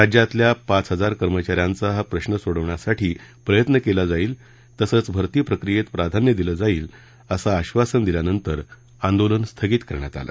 राज्यातल्या पाच हजार कर्मचाऱ्यांचा हा प्रश्र सोडवण्यासाठी प्रयत्न केला जाईल तसंच भरती प्रक्रियेत प्राधान्य दिलं जाईल असं आधासन दिल्यानंतर आंदोलन स्थगित करण्यात आलं